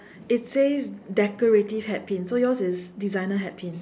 it says decorative hat pin so yours is designer hat pins